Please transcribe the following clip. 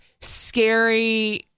scary